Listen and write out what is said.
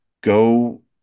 go